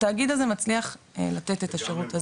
התאגיד הזה מצליח לתת את השירות הזה.